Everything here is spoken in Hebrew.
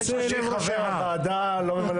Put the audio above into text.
יש לך עמדה לגבי שאנחנו צריכים לשנות את המדיניות?